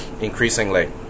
increasingly